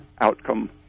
outcome